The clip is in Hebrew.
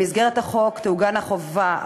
במסגרת החוק יעוגנו החובה,